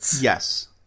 Yes